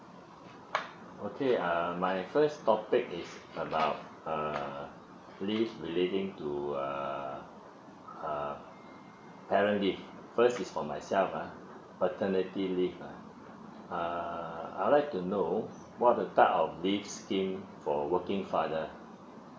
okay um my first topic is about uh leave relating to uh uh parent leave first is for myself ah paternity leave ah err I would like to know what the type of leave scheme for working father